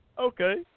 Okay